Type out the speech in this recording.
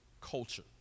culture